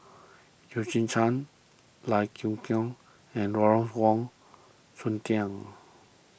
Eugene Chen Lai Kew and Lawrence Wong Shyun